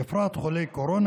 בפרט חולי קורונה,